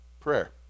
prayer